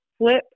flip